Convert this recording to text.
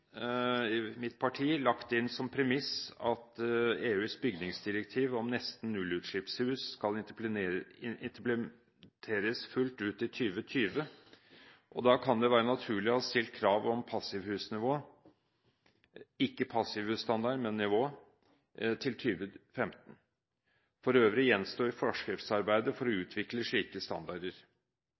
Mitt parti har i likhet med meldingen lagt inn som premiss at EUs bygningsdirektiv om nesten nullutslippshus kan implementeres fullt ut i 2020. Da kan det være naturlig å ha stilt krav om passivhusnivå – ikke passivhusstandard, men passivhusnivå – til 2015. For øvrig gjenstår forskriftsarbeidet for å utvikle slike standarder.